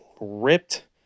ripped